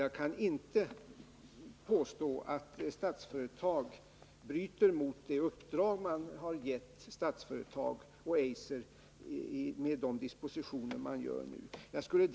Jag kan inte påstå att Statsföretag genom de dispositioner som nu görs bryter mot det uppdrag man har givit Eiser.